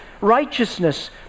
righteousness